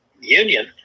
union